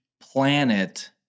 planet